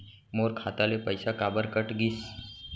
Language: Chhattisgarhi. मोर खाता ले पइसा काबर कट गिस?